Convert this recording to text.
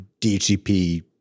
DHCP